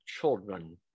children